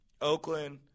Oakland